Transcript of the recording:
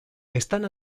están